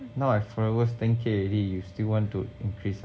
now I followers ten K already you still want to increase ah